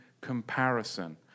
comparison